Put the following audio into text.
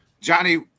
Johnny